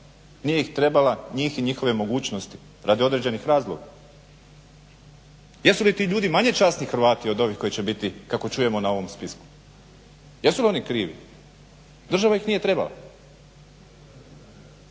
nije ih trebala, njih i njihove mogućnosti radi određenih razloga. Jesu li ti ljudi manje časni Hrvati od ovih koji će biti kako čujemo na ovom spisku. Jesu li oni krivi? Država ih nije trebala.